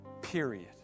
period